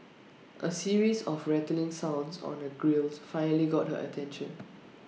A series of rattling sounds on her grilles finally got her attention